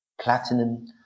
platinum